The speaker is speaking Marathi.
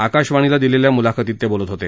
आकाशवाणीला दिलेल्या म्लाखतीत ते बोलत होते